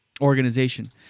organization